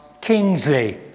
Kingsley